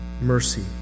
mercy